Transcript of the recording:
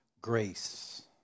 Grace